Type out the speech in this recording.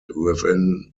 within